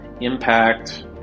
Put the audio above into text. impact